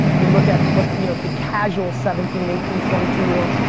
you look at what you know the casual seventeen, eighteen, twenty two year old,